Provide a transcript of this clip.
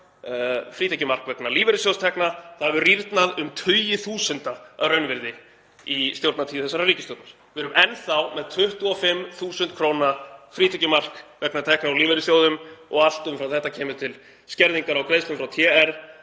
frítekjumark vegna lífeyrissjóðstekna hefur rýrnað um tugi þúsunda að raunvirði í stjórnartíð þessarar ríkisstjórnar. Við erum enn þá með 25.000 kr. frítekjumark vegna tekna úr lífeyrissjóðum og allt umfram þetta kemur til skerðingar á greiðslum frá TR.